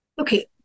okay